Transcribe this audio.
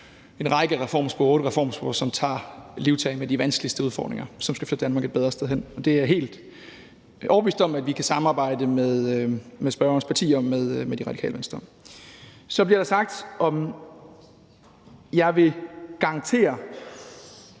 otte reformspor, som tager livtag med de vanskeligste udfordringer, og som skal flytte Danmark et bedre sted hen. Det er jeg helt overbevist om at vi kan samarbejde med spørgerens parti, altså med Radikale Venstre om. Så bliver der spurgt, om jeg vil garantere,